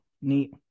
neat